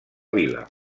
vila